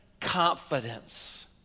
confidence